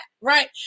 right